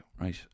right